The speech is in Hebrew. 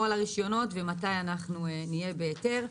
על הרישיונות ומתי אנחנו נהיה בהיתר.